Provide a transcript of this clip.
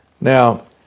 Now